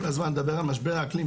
אתה כל הזמן מדבר על משבר האקלים.